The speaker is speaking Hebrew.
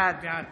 בעד